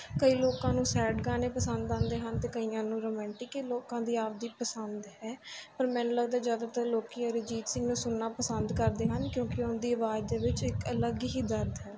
ਕਈ ਲੋਕਾਂ ਨੂੰ ਸੈਡ ਗਾਣੇ ਪਸੰਦ ਆਉਂਦੇ ਹਨ ਅਤੇ ਕਈਆਂ ਨੂੰ ਰੋਮੈਂਟਿਕ ਲੋਕਾਂ ਦੀ ਆਪਦੀ ਪਸੰਦ ਹੈ ਪਰ ਮੈਨੂੰ ਲੱਗਦਾ ਜ਼ਿਆਦਾਤਰ ਲੋਕ ਅਰੀਜੀਤ ਸਿੰਘ ਨੂੰ ਸੁਣਨਾ ਪਸੰਦ ਕਰਦੇ ਹਨ ਕਿਉਂਕਿ ਉਹਦੀ ਆਵਾਜ਼ ਦੇ ਵਿੱਚ ਇੱਕ ਅਲੱਗ ਹੀ ਦਰਦ ਹੈ